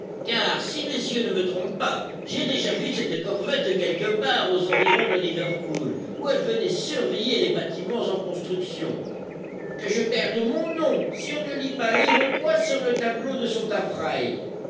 car si mes yeux ne me trompent pas j'ai déjà vu cette corvette quelque part aux environs de liverpool où elle venait surveiller les bâtiments en construction que je perde mon nom si on ne lit pas l'iroquois sur le tableau de son